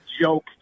joke